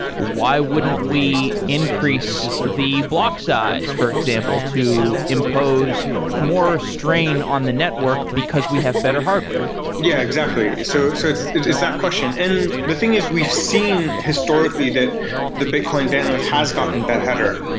why wouldn't we increase the block size for example to impose more strain on the network, because we have better hardware? yeah, exactly. so so it's it's that question. and the thing is we've seen historically that the bitcoin bandwidth has gotten better.